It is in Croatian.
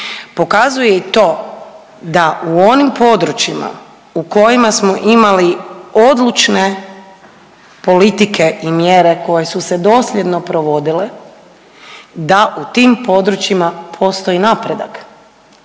Pokazuje i to da u onim područjima u kojima smo imali odlučne politike i mjere koje su se dosljedno provodile da u tim područjima postoji napredak,